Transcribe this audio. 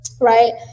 Right